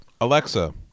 Alexa